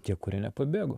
tie kurie nepabėgo